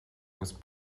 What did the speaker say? agus